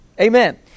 Amen